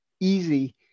easy